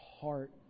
heart